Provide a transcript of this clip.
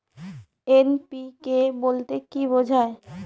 NPK বলতে কী বোঝায়?